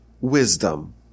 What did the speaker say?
wisdom